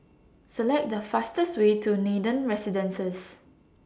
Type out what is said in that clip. Select The fastest Way to Nathan Residences